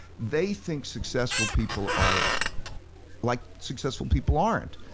they think successful people are like successful people aren't.